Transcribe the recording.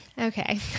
Okay